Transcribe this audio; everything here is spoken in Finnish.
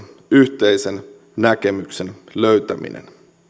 yhteisen näkemyksen löytäminen vaikeissakin tilanteissa